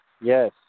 yes